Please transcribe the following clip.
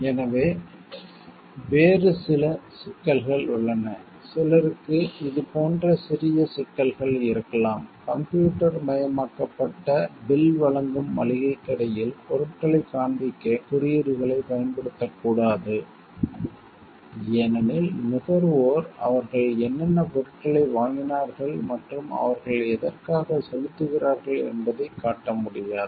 எனவே வேறு சில சிக்கல்கள் உள்ளன சிலருக்கு இது போன்ற சிறிய சிக்கல்கள் இருக்கலாம் கம்ப்யூட்டர் மயமாக்கப்பட்ட பில் வழங்கும் மளிகைக் கடையில் பொருட்களைக் காண்பிக்க குறியீடுகளைப் பயன்படுத்தக்கூடாது ஏனெனில் நுகர்வோர் அவர்கள் என்னென்ன பொருட்களை வாங்கினார்கள் மற்றும் அவர்கள் எதற்காக செலுத்துகிறார்கள் என்பதைக் காட்ட முடியாது